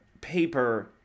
paper